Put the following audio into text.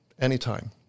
Anytime